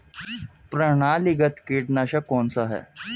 प्रणालीगत कीटनाशक कौन सा है?